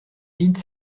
vide